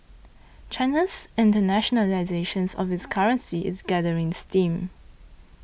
China's internationalisation of its currency is gathering steam